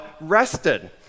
rested